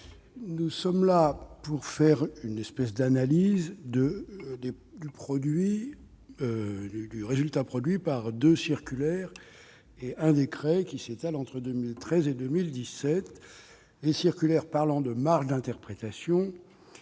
Nous sommes là pour nous livrer à une analyse du résultat produit par deux circulaires et un décret qui s'étalent entre 2013 et 2017, les circulaires parlant de « marge d'interprétation